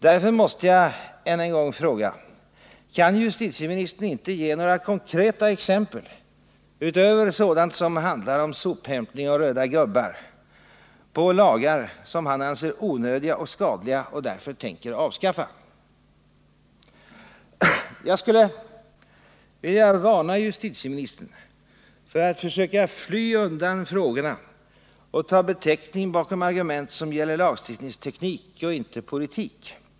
Därför måste jag än en gång fråga: Kan justitieministern inte ge några konkreta exempel på andra lagar än sådana som handlar om sophämtning och röda gubbar, som han anser onödiga och skadliga och därför tänker avskaffa? Jag skulle vilja varna justitieministern för att försöka fly undan frågorna och ta betäckning bakom argument som gäller lagstiftningsteknik och inte politik.